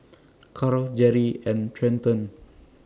Karl Jeri and Trenton